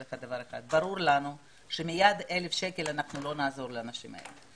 ברור לנו שמייד אלף שקל לא נעזור להם.